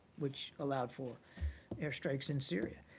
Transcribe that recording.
which allowed for airstrikes in syria.